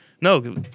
no